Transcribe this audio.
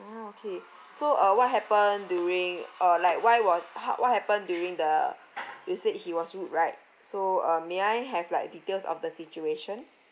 ah okay so uh what happen during uh like why was how what happen during the you said he was rude right so uh may I have like details of the situation